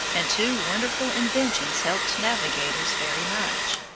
and two wonderful inventions helped navigators very much.